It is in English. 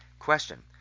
question